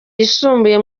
yisumbuye